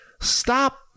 stop